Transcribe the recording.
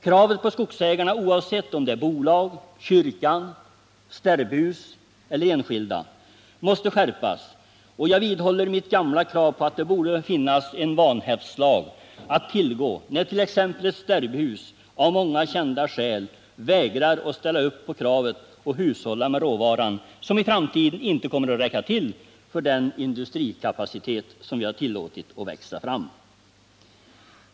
Kravet på skogsägarna — oavsett om det är bolag, kyrkan, sterbhus eller enskilda — måste skärpas, och jag vidhåller mitt gamla krav på att det borde finnas en vanhävdslag att tillgå när t.ex. ett sterbhus av många kända skäl vägrar att ställa upp på kravet att hushålla med råvaran, som i framtiden inte kommer att räcka till för den industrikapacitet vi tillåter växa fram.